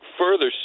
further